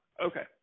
Okay